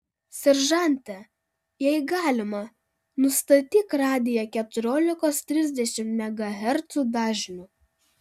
seržante jei galima nustatyk radiją keturiolikos trisdešimt megahercų dažniu